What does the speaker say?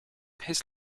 his